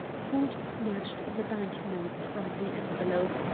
ford snatched the bank-notes from the envelope,